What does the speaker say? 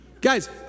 Guys